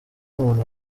umuntu